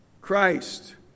Christ